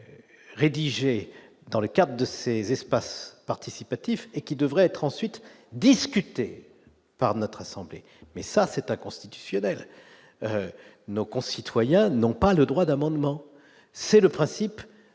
rédigé. Dans le cas de ces espaces participatifs et qui devrait être ensuite discuté par notre assemblée, mais ça c'est inconstitutionnel, nos concitoyens n'ont pas le droit d'amendement, c'est le principe